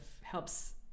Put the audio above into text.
helps